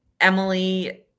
Emily